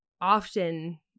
often